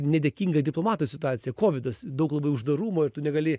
nedėkingą diplomatui situaciją kovidas daug labai uždarumo ir tu negali